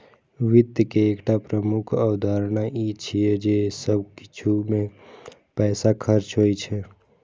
वित्त के एकटा प्रमुख अवधारणा ई छियै जे सब किछु मे पैसा खर्च होइ छै